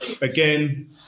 Again